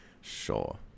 Sure